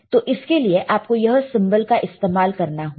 तो इसके लिए आपको यह सिंबल का इस्तेमाल करना होगा